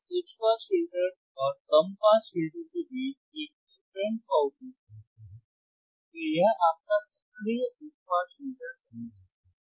यदि आप उच्च पास फिल्टर और कम पास फिल्टर के बीच एक op amp का उपयोग करते हैं तो यह आपका सक्रिय उच्च पास फिल्टर बन जाता है